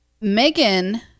Megan